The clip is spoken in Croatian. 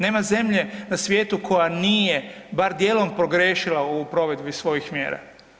Nema zemlje na svijetu koja nije bar dijelom pogriješila u provedbi svojih mjera.